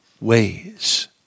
ways